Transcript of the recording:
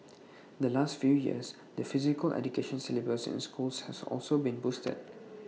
the last few years the physical education syllabus in schools has also been boosted